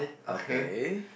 okay